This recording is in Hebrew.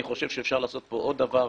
אני חושב שאפשר לעשות פה עוד דבר,